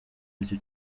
aricyo